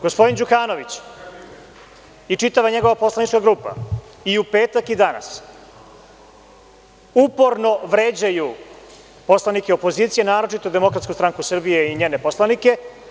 Gospodin Đukanović i čitava njegova poslanička grupa, i u petak i danas, uporno vređaju poslanike opozicije, naročito DSS i njene poslanike.